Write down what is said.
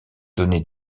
données